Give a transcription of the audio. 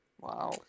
wow